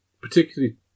Particularly